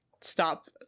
stop